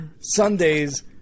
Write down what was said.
Sundays